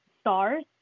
stars